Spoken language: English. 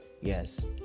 Yes